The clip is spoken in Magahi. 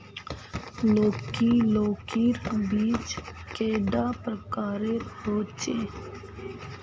लौकी लौकीर बीज कैडा प्रकारेर होचे?